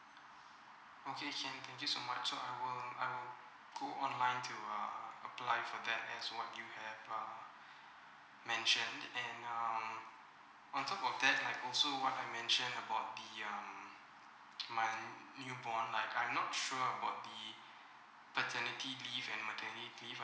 okay can thank you so much so I will I will go online to err apply for that as what you have uh mentioned and um on top of that I also want to mention about the um my newborn like I'm not sure about the paternity leave and maternity leave